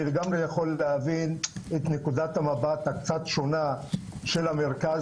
אני לגמרי יכול להבין את נקודת המבט הקצת שונה של המרכז,